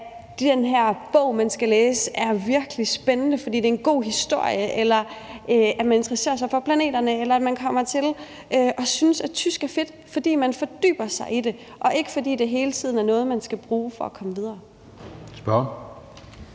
den bog, som man skal læse, virkelig er spændende, fordi det er en god historie, eller at man interesserer sig for planeterne, eller at man kommer til at synes, at tysk er fedt, fordi man fordyber sig i det, og det ikke er, fordi det hele tiden er noget, som man skal bruge for at komme videre. Kl.